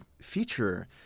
feature